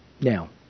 Now